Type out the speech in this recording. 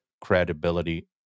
credibility